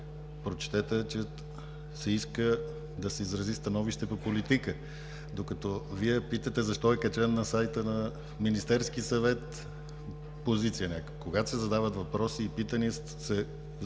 прочетете, че се иска да се изрази становище по политика, докато Вие питате защо позицията е качена на сайта на Министерския съвет. Когато се задават въпроси и питания, се задават